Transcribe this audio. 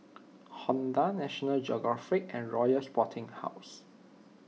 Honda National Geographic and Royal Sporting House